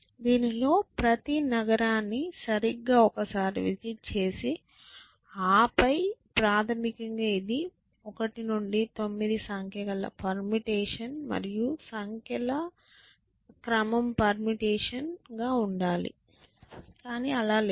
దీనిలో ప్రతి నగరాన్ని సరిగ్గా ఒకసారి విజిట్ చేసి ఆపై ప్రాథమికంగా ఇది 1 నుండి 9 సంఖ్య ల పెర్ముటేషన్ మరియు సంఖ్యల క్రమం పెర్ముటేషన్ లేదు